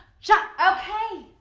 shot. okay!